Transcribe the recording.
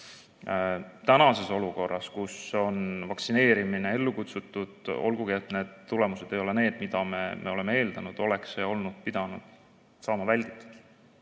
Tänases olukorras, kus on vaktsineerimine ellu kutsutud, olgugi et need tulemused ei ole need, mida me oleme eeldanud, oleks seda pidanud saama vältida.